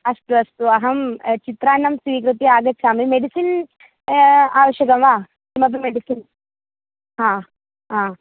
अस्तु अस्तु अहं चित्रान्नं स्वीकृत्य आगच्छामि मेडिसिन् आवश्यकं वा किमपि मेडिसिन् हा हा